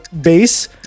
base